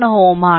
91Ω ആണ്